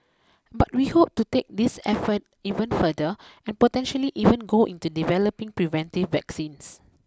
but we hope to take these efforts even further and potentially even go into developing preventive vaccines